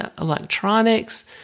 electronics